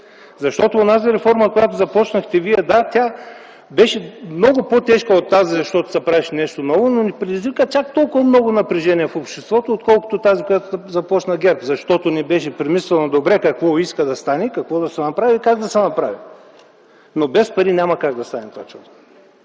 Защото онази реформа, която Вие започнахте, да, тя беше много по-тежка от тази, защото се правеше нещо ново, но не предизвика чак толкова много напрежение в обществото, отколкото тази, която започна ГЕРБ, защото не беше премислена добре – какво иска да стане, какво да се направи и как да се направи. Но без пари няма как да стане. Само